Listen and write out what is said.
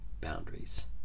boundaries